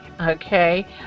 okay